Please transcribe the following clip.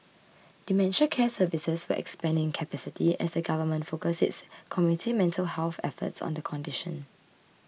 dementia care services will expand in capacity as the Government focuses its community mental health efforts on the condition